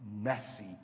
messy